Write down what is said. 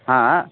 हा